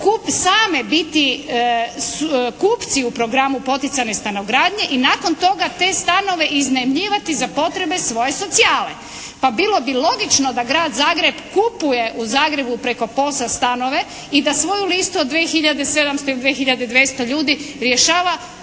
same biti kupci u programu poticane stanogradnje i nakon toga te stanove iznajmljivati za potrebe svoje socijale. Pa bilo bi logično da Grad Zagreb kupuje u Zagrebu preko POS-a stanove i da svoju listu od 2 tisuće i 700